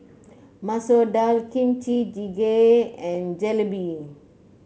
Masoor Dal Kimchi Jjigae and Jalebi